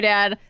Dad